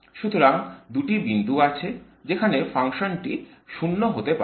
সুতরাং দুটি বিন্দু আছে যেখানে ফাংশনটি 0 হতে পারে